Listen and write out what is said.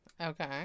Okay